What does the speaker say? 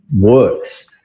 works